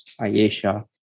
Asia